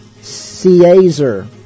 Caesar